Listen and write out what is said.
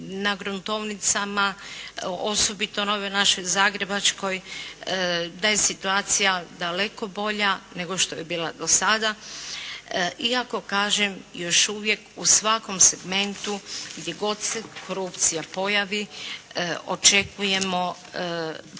na gruntovnicama osobito ovoj našoj zagrebačkoj da je situacija daleko bolja nego što je bila do sada iako kažem još uvijek u svakom segmentu gdje god se korupcija pojavi, očekujemo puno